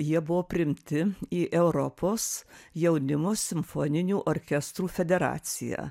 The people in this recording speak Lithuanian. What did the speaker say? jie buvo priimti į europos jaunimo simfoninių orkestrų federaciją